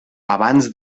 abans